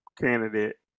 candidate